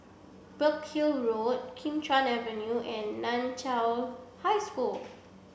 Burkill Kim Chuan Avenue and Nan Chiau High School